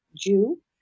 Jew